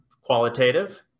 qualitative